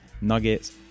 nuggets